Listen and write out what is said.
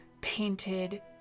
painted